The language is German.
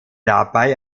dabei